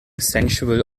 sensual